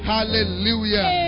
Hallelujah